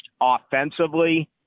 offensively